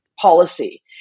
policy